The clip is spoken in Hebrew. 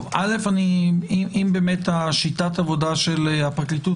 אם באמת שיטת העבודה של הפרקליטות